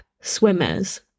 swimmers